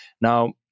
Now